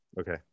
Okay